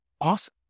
awesome